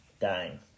dying